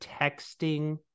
texting